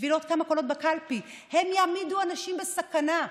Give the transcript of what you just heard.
בשביל עוד כמה קולות בקלפי הם יעמידו אנשים בסכנה.